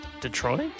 Detroit